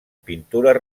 pintures